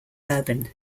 urban